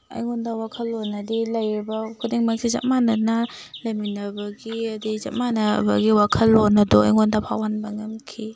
ꯑꯩꯉꯣꯟꯗ ꯋꯥꯈꯜꯂꯣꯟꯅꯗꯤ ꯂꯩꯔꯤꯕ ꯈꯨꯗꯤꯡꯃꯛꯁꯤ ꯆꯞ ꯃꯥꯟꯅꯅ ꯂꯩꯃꯤꯅꯕꯒꯤ ꯑꯗꯨꯗꯒꯤ ꯆꯞ ꯃꯥꯟꯅꯕꯒꯤ ꯋꯥꯈꯜꯂꯣꯟ ꯑꯗꯣ ꯑꯩꯉꯣꯟꯗ ꯐꯥꯎꯍꯟꯕ ꯉꯝꯈꯤ